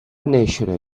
néixer